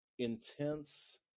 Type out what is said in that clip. intense